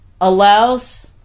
allows